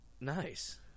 Nice